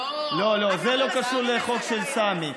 לא, לא, זה לא קשור לחוק של סמי.